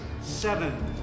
seven